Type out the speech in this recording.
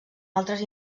altres